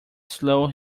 slow